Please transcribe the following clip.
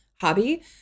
hobby